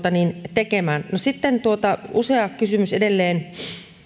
tekemään sitten usea kysymys edelleen